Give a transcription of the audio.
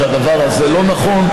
שהדבר הזה לא נכון.